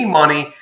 money